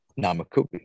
Namakubi